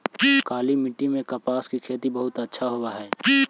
काली मिट्टी में कपास की खेती बहुत अच्छा होवअ हई